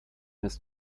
ist